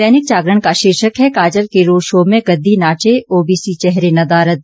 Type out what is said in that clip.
दैनिक जागरण का शीर्षक है काजल के रोड शो में गद्दी नाचे ओबीसी चेहरे नदारद